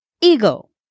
eagle